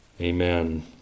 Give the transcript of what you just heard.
Amen